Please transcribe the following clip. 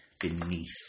beneath